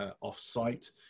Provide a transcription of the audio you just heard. off-site